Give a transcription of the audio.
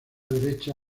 derecha